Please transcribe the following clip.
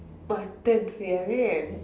what time we end